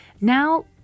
Now